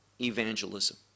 evangelism